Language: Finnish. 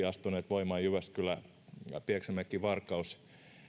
astuneet voimaan jyväskylä pieksämäki varkaus